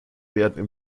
werden